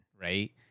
right